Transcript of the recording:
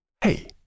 hey